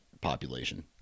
population